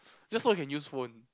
just so he can use phone